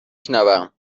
شنوم